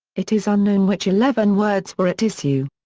it is unknown which eleven words were at issue.